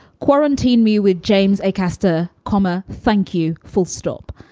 quarantine me with james, a casta comma. thank you. full stop